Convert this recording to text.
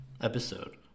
episode